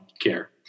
care